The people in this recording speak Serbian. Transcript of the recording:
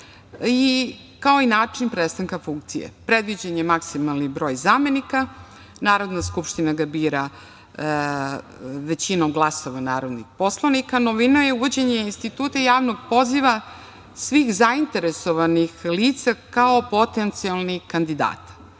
i kao i način prestanka funkcije. Predviđen je maksimalni broj zamenika, Narodna skupština ga bira većinom glasova narodnih poslanika, i novina je uvođenje instituta javnog poziva, svih zainteresovanih lica, kao i potencijalnih kandidata. Javni